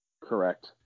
Correct